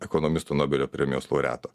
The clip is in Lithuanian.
ekonomisto nobelio premijos laureato